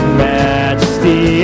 majesty